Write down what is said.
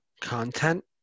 content